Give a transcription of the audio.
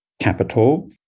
capital